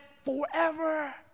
forever